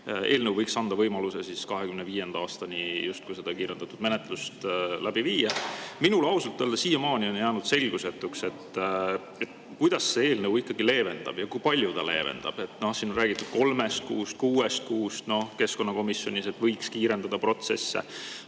eelnõu võiks anda võimaluse 2025. aastani justkui seda kiirendatud menetlust läbi viia. Minule ausalt öelda siiamaani on jäänud selgusetuks, kuidas see eelnõu ikkagi leevendab ja kui palju ta leevendab. Siin on räägitud kolmest kuust, kuuest kuust keskkonnakomisjonis, et [nii palju] võiks kiirendada protsesse.